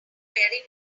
wearing